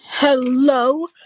Hello